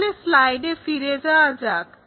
তাহলে স্লাইডে ফিরে যাওয়া যাক